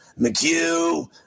McHugh